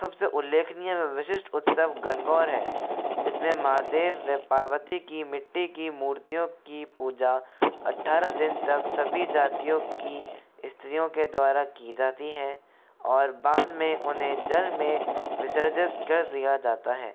सबसे उल्लेखनीय व विशिष्ट उत्सव गणगौर है इसमें महादेव व पार्वती की मिट्टी की मूर्तियों की पूजा अट्ठारह दिन तक सभी जातियों की स्त्रियों के द्वारा की जाती हैं और बाद में उन्हें जल में विसर्जित कर दिया जाता है